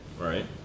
right